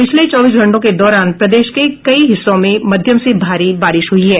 पिछले चौबीस घंटों के दौरान प्रदेश के कई हिस्सों में मध्यम से भारी बारिश हुई है